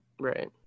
Right